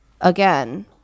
again